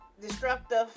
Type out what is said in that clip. destructive